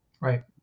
Right